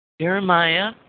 Jeremiah